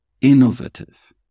innovative